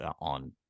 on